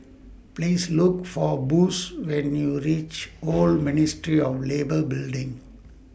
Please Look For Bush when YOU REACH Old Ministry of Labour Building